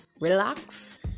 relax